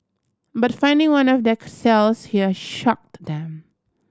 but finding one of their cells here shocked them